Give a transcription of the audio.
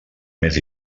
més